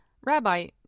Rabbi